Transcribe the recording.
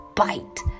bite